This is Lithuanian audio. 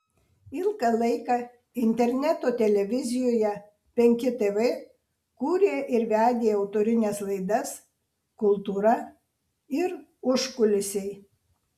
ilgą laiką interneto televizijoje penki tv kūrė ir vedė autorines laidas kultūra ir užkulisiai